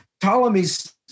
Ptolemy's